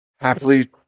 Happily